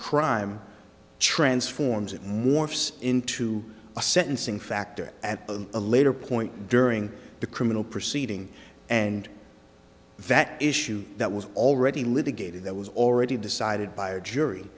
crime transforms it morphs into a sentencing factor at a later point during the criminal proceeding and that issue that was already litigated that was already decided by a jury